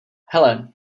hele